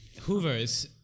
Hoovers